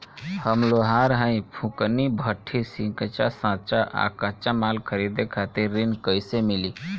हम लोहार हईं फूंकनी भट्ठी सिंकचा सांचा आ कच्चा माल खरीदे खातिर ऋण कइसे मिली?